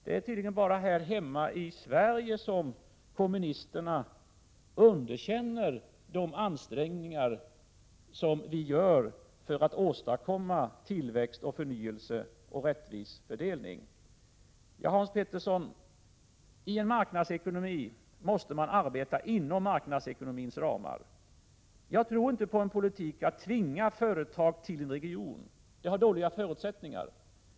Det är tydligen bara här hemma i Sverige som kommunisterna underkänner de ansträngningar som vi gör för att åstadkomma tillväxt, förnyelse och rättvis fördelning. Hans Petersson, i en marknadsekonomi måste man arbeta inom marknadsekonomins ramar. Jag tror inte på en politik som innebär att man tvingar företag till en region. Förutsättningarna att lyckas är dåliga.